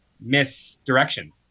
misdirection